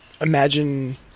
imagine